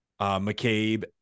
McCabe